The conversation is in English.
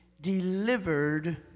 Delivered